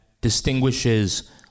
distinguishes